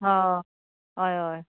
ह हय हय